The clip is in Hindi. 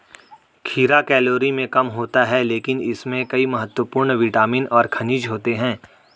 खीरा कैलोरी में कम होता है लेकिन इसमें कई महत्वपूर्ण विटामिन और खनिज होते हैं